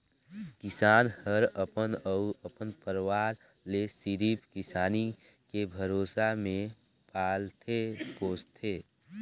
किसान हर अपन अउ अपन परवार ले सिरिफ किसानी के भरोसा मे पालथे पोसथे